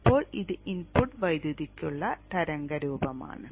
ഇപ്പോൾ ഇത് ഇൻപുട്ട് വൈദ്യുതിക്കുള്ള തരംഗ രൂപമാണ്